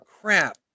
crap